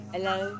Hello